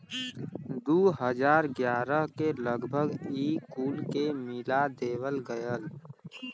दू हज़ार ग्यारह के लगभग ई कुल के मिला देवल गएल